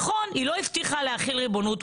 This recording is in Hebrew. נכון, היא לא הבטיחה להחיל ריבונות.